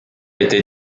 été